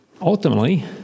ultimately